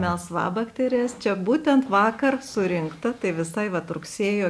melsvabakterės čia būtent vakar surinkta tai visai vat rugsėjo